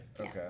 okay